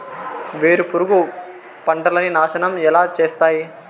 వేరుపురుగు పంటలని నాశనం ఎలా చేస్తాయి?